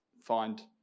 find